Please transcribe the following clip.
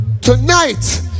Tonight